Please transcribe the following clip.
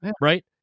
right